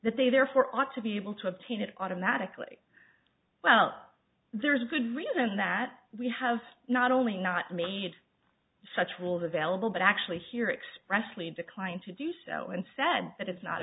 that they therefore ought to be able to obtain it automatically well there's a good reason that we have not only not made such rules available but actually here expressively declined to do so and said that it's not